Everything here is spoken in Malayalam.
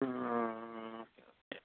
മ് ഓക്കെ ഓക്കെ